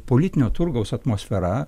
politinio turgaus atmosfera